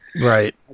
Right